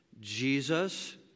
Jesus